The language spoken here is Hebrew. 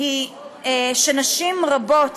הוא שנשים רבות